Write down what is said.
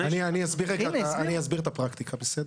אני אסביר את הפרקטיקה היום, בסדר?